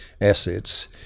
assets